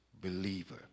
believer